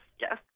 yes